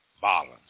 Violence